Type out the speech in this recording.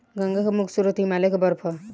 गंगा के मुख्य स्रोत हिमालय के बर्फ ह